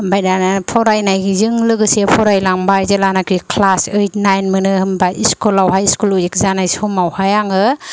ओमफ्राय दाना फरायनायजों लोगोसे फरायलांबाय जेब्लानोखि क्लास ओइथ नाइन मोनो होमबा इस्कुलावहाय स्कुल विक जानाय समावहाय आङो